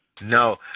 No